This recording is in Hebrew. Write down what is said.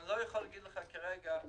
אני לא יכול להגיד לך כרגע פתרון.